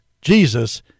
Jesus